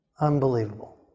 Unbelievable